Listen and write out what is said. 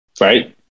right